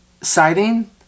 sighting